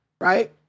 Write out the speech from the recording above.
right